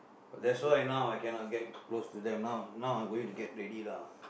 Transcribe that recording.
that's why now I cannot get close to them now now I'm going to get ready lah